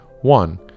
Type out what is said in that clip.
One